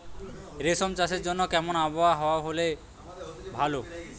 রেশম চাষের জন্য কেমন আবহাওয়া হাওয়া হলে ভালো?